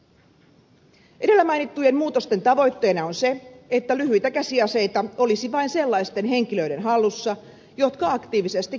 edellä mainittujen muutosten tavoitteena on se että lyhyitä käsiaseita olisi vain sellaisten henkilöiden hallussa jotka aktiivisesti käyttävät niitä